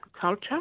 culture